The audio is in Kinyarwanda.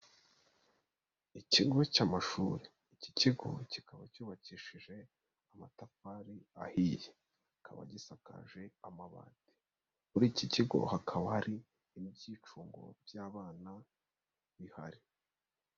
Ikigo cy'amashuri. Iki kigo kikaba cyubakishije amatafari ahiye. Kikaba gisakaje amabati. Muri iki kigo hakaba hari ibyicungo by'abana bihari.